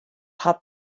hat